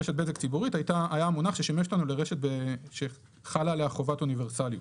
רשת בזק ציבורית היה המונח ששימש אותנו לרשת שחל עליה חובת אוניברסליות.